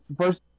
first